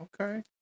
okay